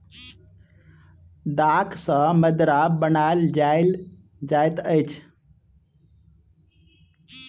दाख सॅ मदिरा बनायल जाइत अछि